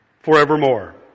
forevermore